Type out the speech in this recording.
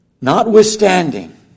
Notwithstanding